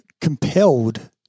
compelled